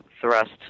thrust